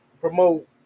promote